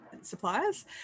suppliers